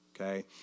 okay